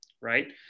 right